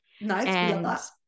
Nice